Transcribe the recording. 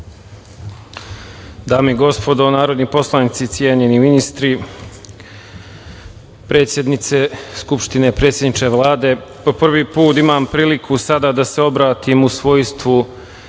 Dame i gospodo narodni poslanici, cenjeni ministri, predsednice Skupštine, predsedniče Vlade, po prvi put da imam priliku sada da se obratim u svojstvu